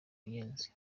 wagenze